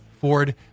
Ford